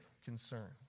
concern